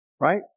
right